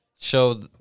show